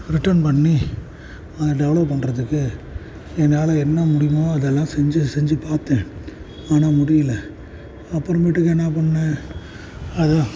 return பண்ணி develop பண்ணுறதுக்கு என்னால் என்ன முடியுமோ அதெல்லாம் செஞ்சு செஞ்சு பார்த்தேன் ஆனால் முடியலை அப்புறமேட்டுக்கு என்ன பண்ணேன் அதுதான்